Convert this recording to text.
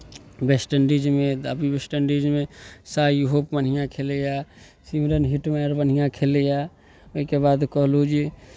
West Indies मे अभी West Indies मे बढ़िआँ खेलैए बढ़िआँ खेलै ओहिके बाद कहलहुँ जे